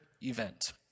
event